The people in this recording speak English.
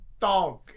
dog